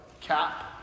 Cap